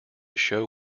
show